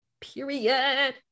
Period